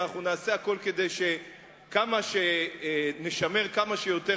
ואנחנו נעשה הכול כדי שנשמר כמה שיותר